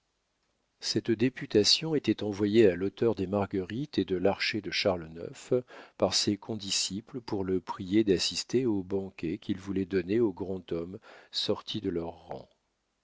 cette députation était envoyée à l'auteur des marguerites et de l'archer de charles ix par ses condisciples pour le prier d'assister au banquet qu'ils voulaient donner au grand homme sorti de leurs rangs